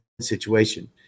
situation